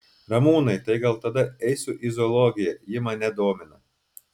ramūnai tai gal tada eisiu į zoologiją ji mane domina